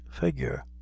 figure